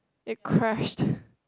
it crashed